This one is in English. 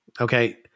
Okay